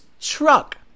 truck